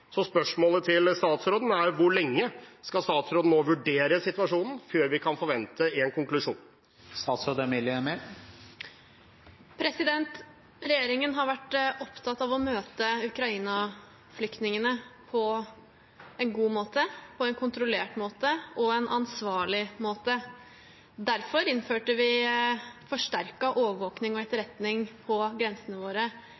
Så spørsmålet til statsråden er: Hvor lenge skal statsråden nå vurdere situasjonen før vi kan forvente en konklusjon? Regjeringen har vært opptatt av å møte Ukraina-flyktningene på en god måte, på en kontrollert måte og på en ansvarlig måte. Derfor innførte vi forsterket overvåkning og